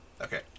Okay